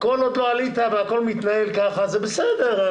כל עוד לא עלית והכל מתנהל ככה, זה בסדר.